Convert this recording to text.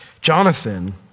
Jonathan